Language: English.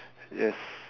yes